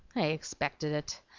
i expected it!